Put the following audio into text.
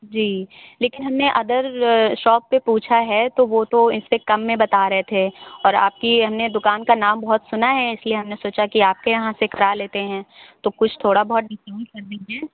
जी लेकिन हमने other shop पर पूछा है तो वो तो इससे कम में बता रहे थे और आपकी हमने दुकान का नाम बहुत सुना है तो इसलिए हमने सोचा कि आपके यहाँ से करा लेते हैं तो कुछ थोड़ा बहुत कंसेशन कर लीजिए